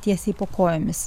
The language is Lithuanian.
tiesiai po kojomis